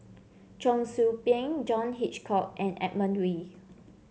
Cheong Soo Pieng John Hitchcock and Edmund Wee